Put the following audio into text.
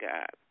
God